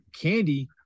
candy